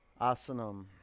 Asanam